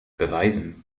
beweisen